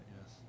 Yes